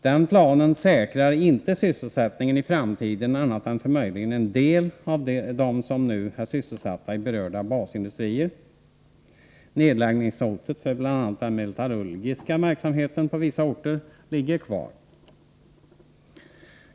Den planen säkrar inte sysselsättningen i framtiden annat än möjligen för en del av dem som nu är sysselsatta i berörda basindustrier. Nedläggningshotet för bl.a. den metallurgiska verksamheten på vissa orter ligger kvar.